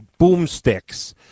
Boomsticks